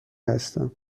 هستم